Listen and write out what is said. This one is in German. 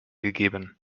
gegeben